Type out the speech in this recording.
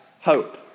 hope